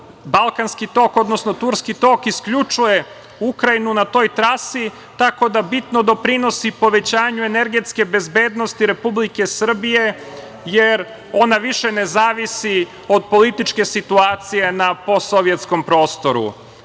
gasom. Balkanski tok, odnosno Turski tok isključuje Ukrajinu na toj trasi, tako da bitno doprinosi povećanju energetske bezbednosti Republike Srbije, jer ona više ne zavisi od političke situacije na posovjetskom prostoru. Kada